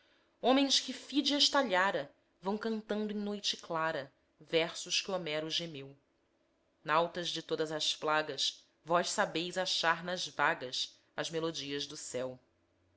homens que fídias talhara vão cantando em noite clara versos que homero gemeu nautas de todas as plagas vós sabeis achar nas vagas as melodias do céu